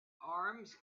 arms